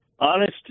honest